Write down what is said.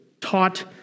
taught